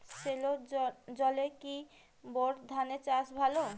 সেলোর জলে কি বোর ধানের চাষ ভালো?